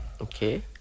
Okay